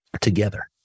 together